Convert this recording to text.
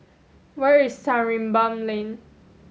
where is Sarimbun Lane